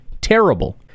Terrible